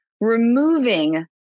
removing